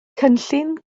cynllun